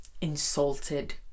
insulted